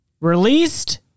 Released